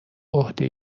عهده